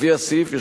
לפי סעיף זה,